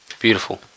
Beautiful